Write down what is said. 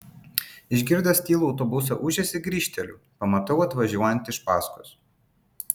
išgirdęs tylų autobuso ūžesį grįžteliu pamatau atvažiuojant iš paskos